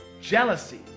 jealousy